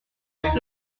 thèmes